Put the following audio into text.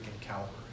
caliber